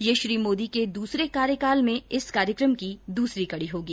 यह श्री मोदी के दूसरे कार्यकाल में इस कार्यक्रम की द्रसरी कड़ी होगी